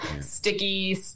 sticky